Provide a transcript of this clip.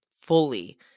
fully